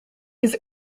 his